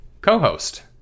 co-host